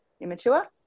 immature